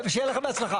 ולא רק אדריכלים.